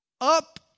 up